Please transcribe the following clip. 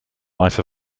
life